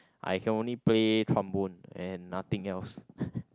I can only play trombone and nothing else